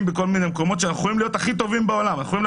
בכל מיני מקומות אנחנו יכולים להיות הכי טובים בעולם,